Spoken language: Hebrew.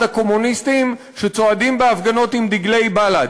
הקומוניסטים שצועדים בהפגנות עם דגלי בל"ד,